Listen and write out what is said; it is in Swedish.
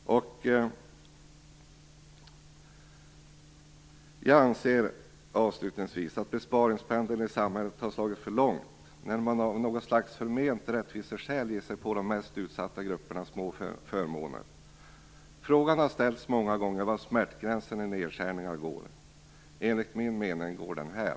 Avslutningsvis anser jag att besparingspendeln i samhället har slagit för långt när man av något slags förment rättviseskäl ger sig på de mest utsatta gruppernas små förmåner. Frågan var smärtgränsen i nedskärningarna går har ställts många gånger. Enligt min mening går den här.